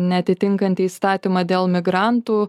neatitinkantį įstatymą dėl migrantų